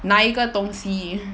哪一个东西